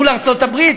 מול ארצות-הברית,